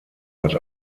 hat